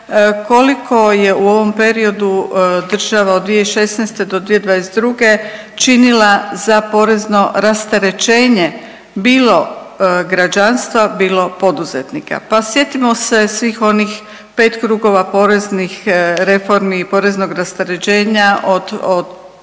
koliko je u ovom periodu država od 2016. do 2022. činila za porezno rasterećenje, bilo građanstva, bilo poduzetnika. Pa sjetimo se svih onih 5 krugova poreznih reformi i poreznog rasterećenja od